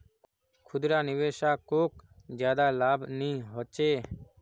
खुदरा निवेशाकोक ज्यादा लाभ नि होचे